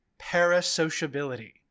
parasociability